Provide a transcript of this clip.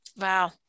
Wow